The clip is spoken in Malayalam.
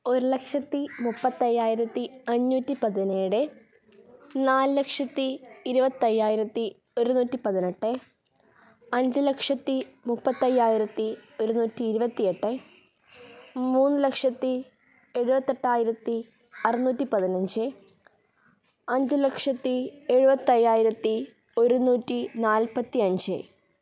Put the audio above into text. ഒരു ലക്ഷത്തി മുപ്പത്തയ്യായിരത്തി അഞ്ഞൂറ്റി പതിനേഴ് നാല് ലക്ഷത്തി ഇരുപത്തയ്യായിരത്തി ഒരുന്നൂറ്റി പതിനെട്ട് അഞ്ച് ലക്ഷത്തി മുപ്പത്തയ്യായിരത്തി ഒരുന്നൂറ്റി ഇരുപത്തി എട്ട് മൂന്നു ലക്ഷത്തി എഴുപത്തെട്ടായിരത്തി അറുന്നൂറ്റി പതിനഞ്ച് അഞ്ച് ലക്ഷത്തി എഴുപത്തായ്യായിരത്തി ഒരുന്നൂറ്റി നാൽപത്തി അഞ്ച്